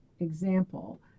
Example